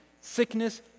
sickness